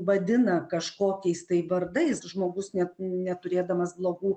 vadina kažkokiais tai vardais žmogus net neturėdamas blogų